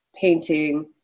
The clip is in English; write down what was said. painting